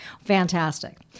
fantastic